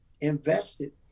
invested